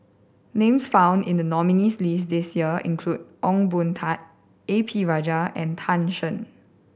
names found in the nominees' list this year include Ong Boon Tat A P Rajah and Tan Shen